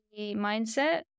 mindset